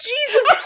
Jesus